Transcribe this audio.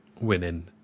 winning